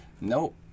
Nope